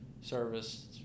Service